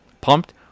pumped